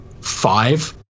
Five